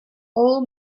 all